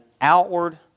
outward